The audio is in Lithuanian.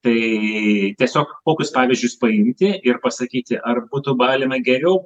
tai tiesiog kokius pavyzdžius paimti ir pasakyti ar būtų galima geriau